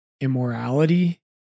immorality